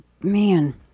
man